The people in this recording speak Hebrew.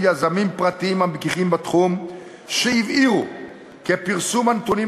העניינים הביטחוניים ואת כל העניינים